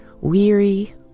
weary